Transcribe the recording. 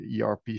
ERP